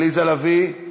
עליזה לביא,